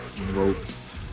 ropes